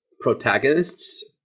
protagonists